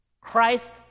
Christ